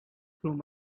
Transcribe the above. through